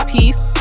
Peace